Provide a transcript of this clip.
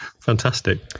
Fantastic